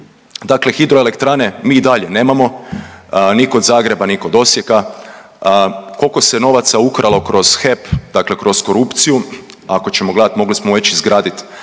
Dakle, hidroelektrane mi i ih i dalje nemamo ni kod Zagreba, ni kod Osijeka. Koliko se novaca ukralo kroz HEP dakle kroz korupciju, ako ćemo gledat mogli smo već izgradit